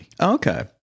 okay